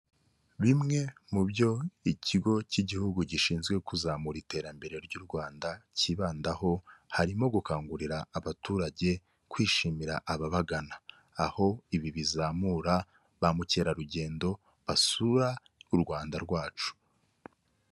Bimwe mu byo ikigo cy'igihugu gishinzwe kuzamura iterambere ry'u Rwanda cyibandaho harimo gukangurira abaturage kwishimira ababagana aho ibi bizamura ba mukerarugendo basura u Rwanda rwacu.